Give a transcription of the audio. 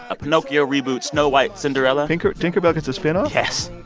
a pinocchio reboot, snow white, cinderella. tinker tinker bell gets a spinoff? yes.